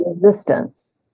resistance